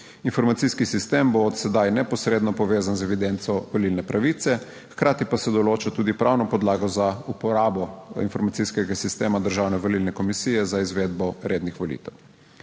Informacijski sistem bo od sedaj neposredno povezan z evidenco volilne pravice, hkrati pa se določa tudi pravno podlago za uporabo informacijskega sistema državne volilne komisije za izvedbo rednih volitev.